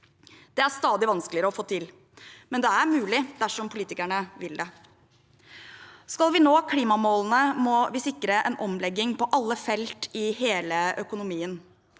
Det er stadig vanskeligere å få til, men det er mulig dersom politikerne vil det. Skal vi nå klimamålene, må vi sikre en omlegging på alle felt i hele økonomien.